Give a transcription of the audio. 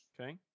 Okay